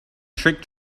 trick